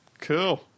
Cool